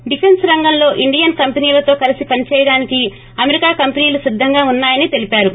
defence రంగంలో Indian కంపెనీలతో కలసి పనిచేయడానికి అమెరిక కంపెనీలు సిద్దంగా ఉన్నాయని తెలిపారు